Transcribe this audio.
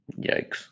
Yikes